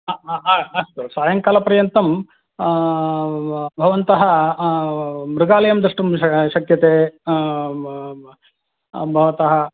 हा हा अस्तु सायङ्ककालपर्यन्तं भवन्तः मृगालयं द्रष्टुं श शक्यते भवतः